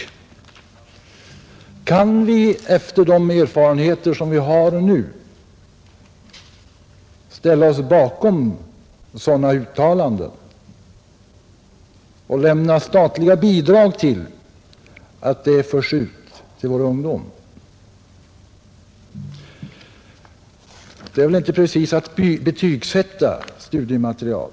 Kan vi, med de erfarenheter som vi nu har, ställa oss bakom sådana uttalanden och lämna statliga bidrag för att föra ut dem till vår ungdom? Att ta avstånd från detta är väl inte att betygsätta studiematerial.